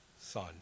son